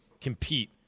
compete